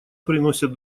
приносят